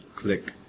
Click